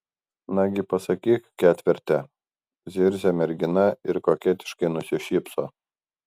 nagi pasakyk ketverte zirzia mergina ir koketiškai nusišypso